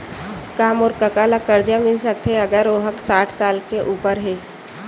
का मोर कका ला कर्जा मिल सकथे अगर ओ हा साठ साल से उपर हे?